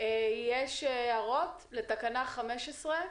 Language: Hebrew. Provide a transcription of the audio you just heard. יש הערות לתקנה 15?